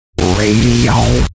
Radio